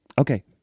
Okay